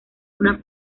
una